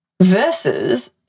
Versus